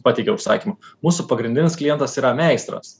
pateikia užsakymą mūsų pagrindinis klientas yra meistras